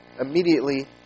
immediately